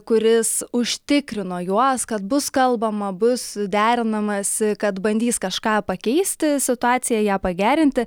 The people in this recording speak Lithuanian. kuris užtikrino juos kad bus kalbama bus derinamasi kad bandys kažką pakeisti situaciją ją pagerinti